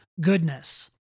goodness